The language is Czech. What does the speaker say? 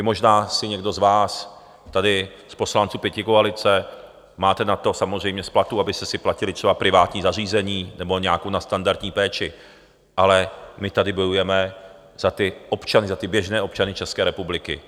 Možná si tady někdo z vás, z poslanců pětikoalice, máte na to samozřejmě z platů, abyste si platili třeba privátní zařízení nebo nějakou nadstandardní péči, ale my tady bojujeme za ty občany, za ty běžné občany České republiky.